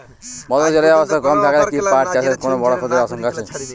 বাতাসে জলীয় বাষ্প কম থাকলে কি পাট চাষে কোনো বড় ক্ষতির আশঙ্কা আছে?